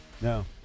No